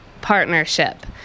partnership